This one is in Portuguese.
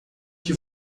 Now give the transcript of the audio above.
que